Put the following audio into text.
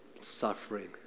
suffering